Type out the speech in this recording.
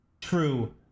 True